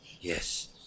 Yes